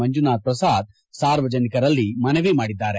ಮಂಜುನಾಥ್ ಪ್ರಸಾದ್ ಅವರು ಸಾರ್ವಜನಿಕರಲ್ಲಿ ಮನವಿ ಮಾಡಿದ್ದಾರೆ